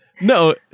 No